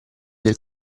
del